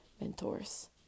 mentors